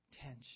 tension